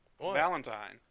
Valentine